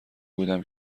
بودم